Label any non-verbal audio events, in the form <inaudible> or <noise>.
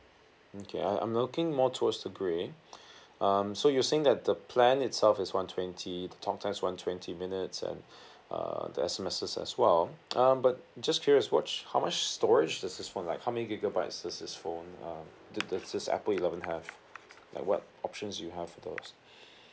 okay I'm I'm looking more towards to grey <breath> um so you saying that the plan itself is one twenty the talk time's one twenty minutes and <breath> err the S_M_Ses as well <noise> um but just curious what's how much storage does this one like how many gigabyte does this phone um does this apple eleven have like what options do you have for those